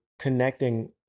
connecting